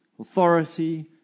authority